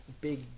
Big